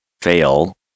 fail